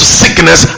sickness